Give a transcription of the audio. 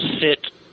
sit